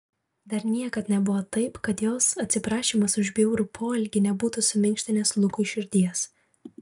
dar niekad nebuvo taip kad jos atsiprašymas už bjaurų poelgį nebūtų suminkštinęs lukui širdies